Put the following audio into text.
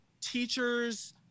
teachers